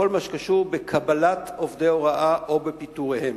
בכל מה שקשור בקבלת עובדי הוראה או בפיטוריהם.